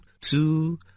two